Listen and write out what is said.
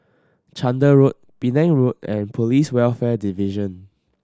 Chander Road Penang Road and Police Welfare Division